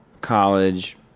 college